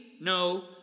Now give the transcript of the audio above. no